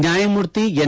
ನ್ಯಾಯಮೂರ್ತಿ ಎನ್